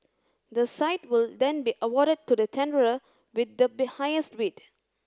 the site will then be awarded to the tenderer with the be highest bid